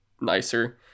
nicer